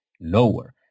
lower